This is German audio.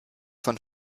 von